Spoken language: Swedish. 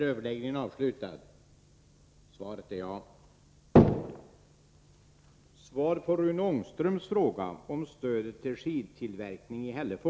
Herr talman!